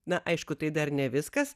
na aišku tai dar ne viskas